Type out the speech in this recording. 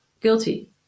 Guilty